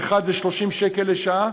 האחד הוא שכר מינימום של 30 שקל לשעה,